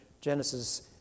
Genesis